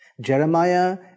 Jeremiah